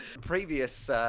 Previous